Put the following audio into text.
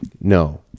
no